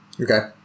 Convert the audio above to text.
Okay